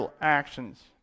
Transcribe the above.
actions